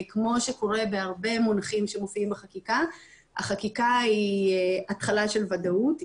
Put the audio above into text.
כמו שקורה בהרבה מונחים שמופיעים בחקיקה החקיקה היא התחלה של ודאות,